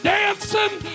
dancing